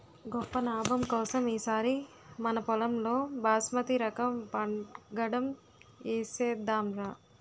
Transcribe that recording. గొప్ప నాబం కోసం ఈ సారి మనపొలంలో బాస్మతి రకం వంగడం ఏసేద్దాంరా